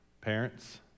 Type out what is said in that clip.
Parents